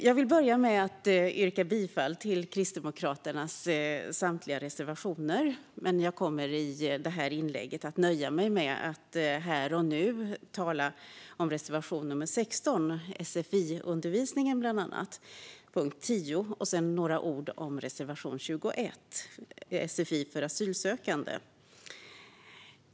Jag vill börja med att ställa mig bakom Kristdemokraternas samtliga reservationer, men jag kommer i detta inlägg att nöja mig med att tala om reservation 16, om bland annat sfi-undervisningen, under punkt 10. Jag tänker också säga några ord om reservation 21, som handlar om sfi för asylsökande.